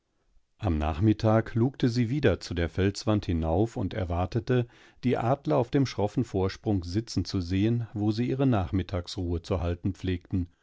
am nachmittag lugte sie wieder zu der felswand hinauf und erwartete die adler auf dem schroffen vorsprung sitzen zu sehen wo sie ihre nachmittagsruhe zu halten pflegten